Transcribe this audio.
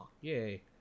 Yay